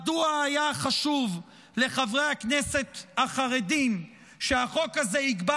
מדוע היה חשוב לחברי הכנסת החרדים שהחוק הזה יקבע